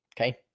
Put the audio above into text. Okay